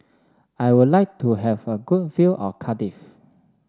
I would like to have a good view of Cardiff